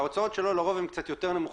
ההוצאות שלו לרוב הן יותר נמוכות,